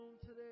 today